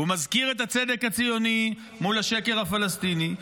הוא מזכיר את הצדק הציוני מול השקר הפלסטיני,